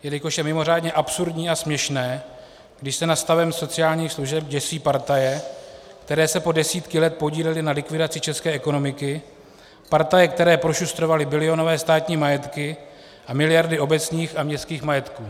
Jelikož je mimořádně absurdní a směšné, když se nad stavem sociálních služeb děsí partaje, které se po desítky let podílely na likvidaci české ekonomiky, partaje, které prošustrovaly bilionové státní majetky a miliardy obecních a městských majetků.